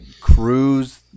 cruise